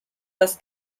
das